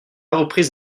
reprise